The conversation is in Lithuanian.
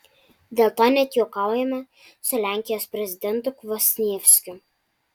dėl to net juokaujame su lenkijos prezidentu kvasnievskiu